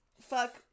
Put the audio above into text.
fuck